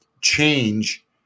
change